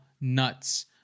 nuts –